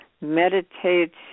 meditates